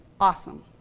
awesome